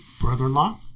brother-in-law